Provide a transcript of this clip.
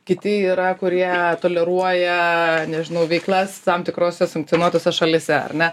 kiti yra kurie toleruoja nežinau veiklas tam tikrose sankcionuotose šalyse ar ne